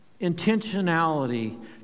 intentionality